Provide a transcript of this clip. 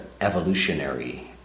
evolutionary